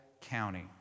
County